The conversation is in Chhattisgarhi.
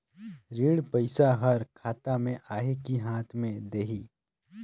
ऋण पइसा हर खाता मे आही की हाथ मे देही?